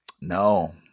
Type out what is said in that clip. No